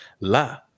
La